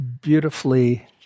beautifully